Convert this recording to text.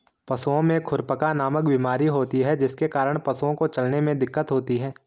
पशुओं में खुरपका नामक बीमारी होती है जिसके कारण पशुओं को चलने में दिक्कत होती है